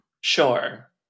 Sure